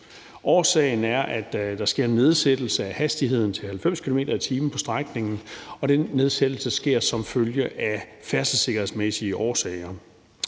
Årsagen er, at der sker en nedsættelse af hastigheden til 90 km/t. på strækningen, og den nedsættelse sker af færdselssikkerhedsmæssige årsager.